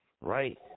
right